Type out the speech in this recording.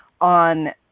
on